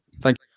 Thank